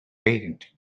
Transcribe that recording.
patent